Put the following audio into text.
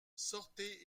sortez